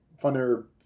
funner